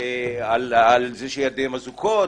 ואני עכשיו בזכות דיבור.